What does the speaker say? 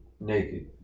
Naked